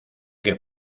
que